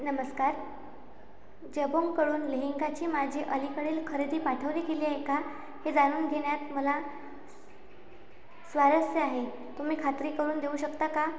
नमस्कार जबाँगकडून लेहेंगाची माझी अलीकडील खरेदी पाठवली गेली आहे का हे जाणून घेण्यात मला स् स्वारस्य आहे तुम्ही खात्री करून देऊ शकता का